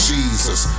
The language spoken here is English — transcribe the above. Jesus